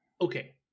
okay